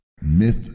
Myth